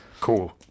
Cool